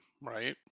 right